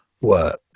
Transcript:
work